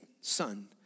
son